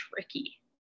tricky